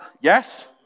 yes